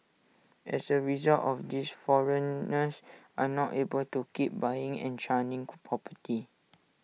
as A result of this foreigners are not able to keep buying and churning co property